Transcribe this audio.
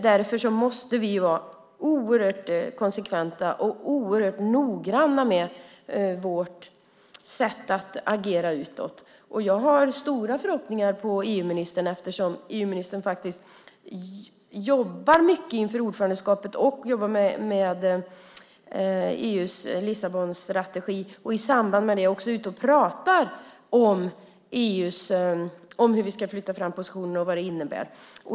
Därför måste vi vara oerhört konsekventa och oerhört noggranna med vårt sätt att agera utåt. Jag har stora förhoppningar på EU-ministern som faktiskt jobbar mycket inför ordförandeskapet och med EU:s Lissabonstrategi och i samband med det är ute och pratar om hur vi ska kunna flytta fram positionerna och vad det innebär.